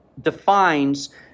defines